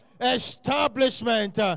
establishment